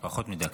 פחות מדקה.